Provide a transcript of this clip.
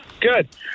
Good